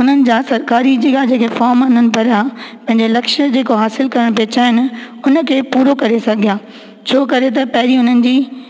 उन्हनि जा सरकारी इहा जेके फोर्म उन्हनि भरिया पंहिंजे लक्ष्य जेको हासिलु करणु उहे चाहिनि उन खे पूरो करे सघिया छो करे त पहिरीं उन्हनि जी